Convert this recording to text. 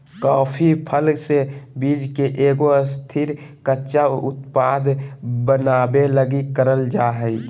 coffee फल से बीज के एगो स्थिर, कच्चा उत्पाद बनाबे लगी करल जा हइ